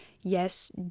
yes